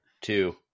Two